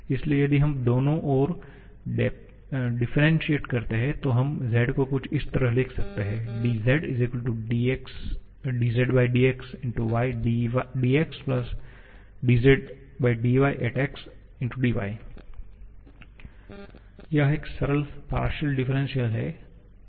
इसलिए यदि हम दोनों ओर डिफ्रेंशिएट करते हैं तो हम z को कुछ इस तरह लिख सकते हैं 𝑑𝑧 dzdxydx dzdyxdy यह एक सरल पार्शियल डिरेन्शिअल है